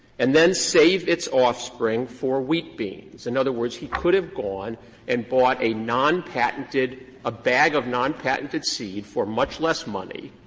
and then saved its offspring for wheat beans. in other words, he could have gone and bought a non-patented a bag of non-patented seed for much less money,